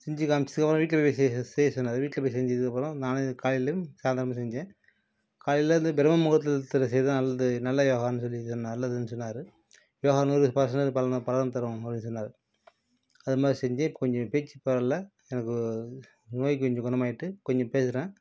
செஞ்சு காமிச்சு அப்புறம் வீட்டில் போய் செய்ய செய்ய சொன்னார் வீட்டில் போய் செஞ்சதுக்கப்புறம் நான் காலைலேயும் சாய்ந்திரமும் செஞ்சேன் காலையில் வந்து பிரம்ம முகூர்த்தத்தில் செய்யுறதுதான் நல்லது நல்ல யோகான்னு சொல்லி நல்லதுன்னு சொன்னார் யோகான்றது பலன் தரும் அப்படின்னு சொன்னார் அது மாதிரி செஞ்சு கொஞ்சம் பேச்சு பரவாயில்ல எனக்கு நோய் கொஞ்சம் குணமாகிட்டு கொஞ்சம் பேசுகிறேன்